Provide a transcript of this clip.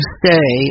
stay